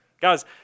Guys